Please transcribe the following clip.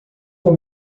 com